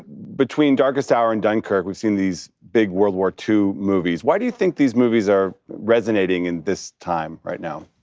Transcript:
between darkest hour and dunkirk, we've seen these big world war ii movies. why do you think these movies are resonating in this time right now?